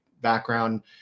background